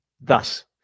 thus